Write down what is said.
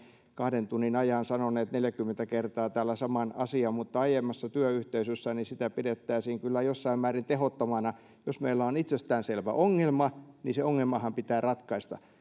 kahden tunnin ajan sanoneet neljäkymmentä kertaa täällä saman asian mutta aiemmassa työyhteisössäni sitä pidettäisiin kyllä jossain määrin tehottomana jos meillä on itsestäänselvä ongelma niin se ongelmahan pitää ratkaista